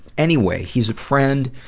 anyway, he's a friend.